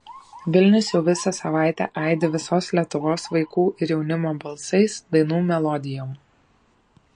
vilnius jau visą savaitę aidi visos lietuvos vaikų ir jaunimo balsais dainų melodijom